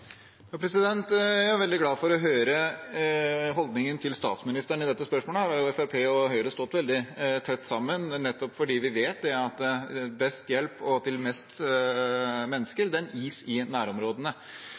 Jeg er veldig glad for å høre holdningen til statsministeren i dette spørsmålet. Her har jo Fremskrittspartiet og Høyre stått veldig tett sammen, nettopp fordi vi vet at best hjelp til